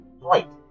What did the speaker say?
Right